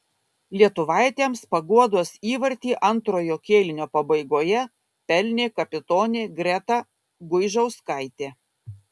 lietuvaitėms paguodos įvartį antrojo kėlinio pabaigoje pelnė kapitonė greta guižauskaitė